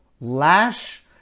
lash